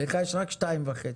לך יש רק שתיים וחצי.